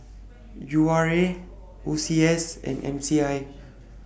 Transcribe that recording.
U R A O C S and M C I